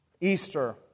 Easter